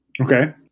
Okay